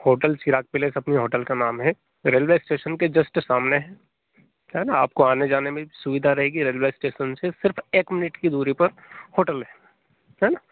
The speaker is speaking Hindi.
होटल चिराग पैलेस अपने होटल का नाम है रेलवे स्टेशन के जस्ट सामने है ना आपको आने जाने में भी सुविधा रहेगी रेलवे स्टेशन से सिर्फ़ एक मिनट की दूरी पर होटल है ना